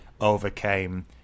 overcame